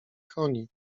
koni